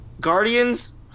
Guardians